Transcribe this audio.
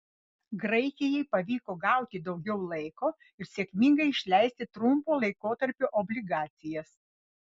graikijai pavyko gauti daugiau laiko ir sėkmingai išleisti trumpo laikotarpio obligacijas